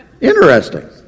Interesting